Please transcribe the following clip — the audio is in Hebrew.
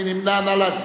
מי נמנע?